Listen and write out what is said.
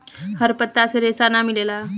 हर पत्ता से रेशा ना मिलेला